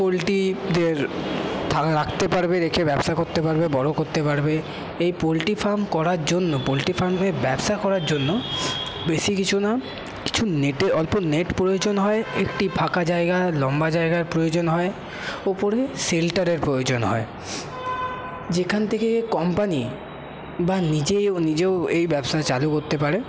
পোলট্রিদের রাখতে পারবে রেখে ব্যবসা করতে পারবে বড়ো করতে পারবে এই পোলট্রি ফার্ম করার জন্য পোলট্রি ফার্মের ব্যবসা করার জন্য বেশি কিছু না কিছু নেটের অল্প নেট প্রয়োজন হয় একটি ফাঁকা জায়গার লম্বা জায়গার প্রয়োজন হয় উপরে শেল্টারের প্রয়োজন হয় যেখান থেকে কোম্পানি বা নিজেও নিজেও এই ব্যবসা চালু করতে পারে